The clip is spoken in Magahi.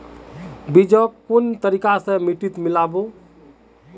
बीजक कुन तरिका स मिट्टीत मिला बो